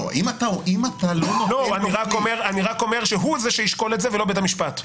אני רק אומר שהוא זה שישקול את זה, ולא בית המשפט.